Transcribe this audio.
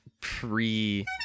pre